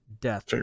death